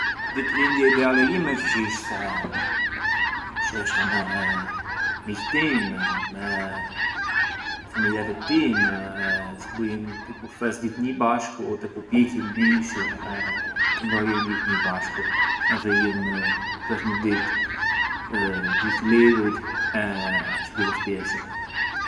Ditëlindja ideale jime kish ish se shihesha me miqt timë, me familjarët timë e se bujëm një bukur festë gjithë njëi bashku te ku piqjëm mishë e këndojëm gjithë njëi bashku e rrijë për një ditë gjithë lidhur e çë divërtireshëm.